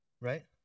right